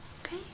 Okay